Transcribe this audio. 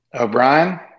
O'Brien